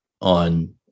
on